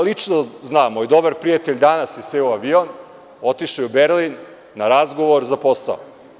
Lično znam, moj dobar prijatelj danas je seo u avion otišao je u Berlin na razgovor za posao.